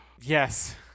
Yes